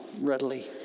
readily